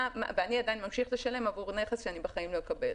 ואני עדיין ממשיך לשלם עבור נכס שאני בחיים לא אקבל.